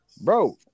bro